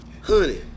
Honey